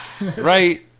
Right